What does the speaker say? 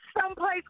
someplace